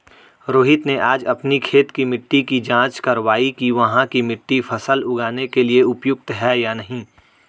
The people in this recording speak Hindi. रोहित ने आज अपनी खेत की मिट्टी की जाँच कारवाई कि वहाँ की मिट्टी फसल उगाने के लिए उपयुक्त है या नहीं